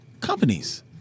companies